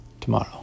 tomorrow